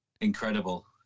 Incredible